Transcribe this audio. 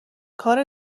کار